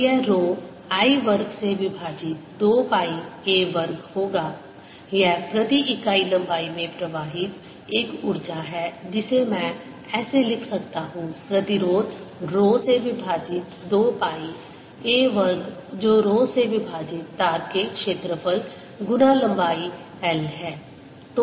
तो यह rho I वर्ग से विभाजित 2 पाई a वर्ग होगा यह प्रति इकाई लंबाई में प्रवाहित एक ऊर्जा है जिसे मैं ऐसे लिख सकता हूं प्रतिरोध रो से विभाजित 2 पाई a वर्ग जो रो से विभाजित तार के क्षेत्रफल गुना लंबाई l है